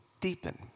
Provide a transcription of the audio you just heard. deepen